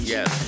Yes